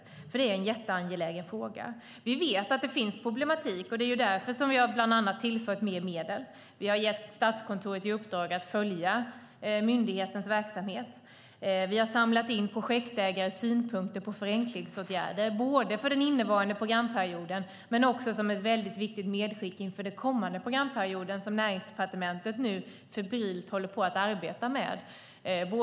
Det är nämligen en jätteangelägen fråga. Vi vet att det finns en problematik, och det är därför vi bland annat har tillfört mer medel. Vi har gett Statskontoret i uppdrag att följa myndighetens verksamhet. Vi har samlat in projektägares synpunkter på förenklingsåtgärder - både för den innevarande programperioden och som ett väldigt viktigt medskick inför den kommande programperioden, som Näringsdepartementet nu febrilt håller på att arbeta med.